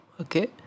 Okay